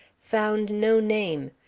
found no name,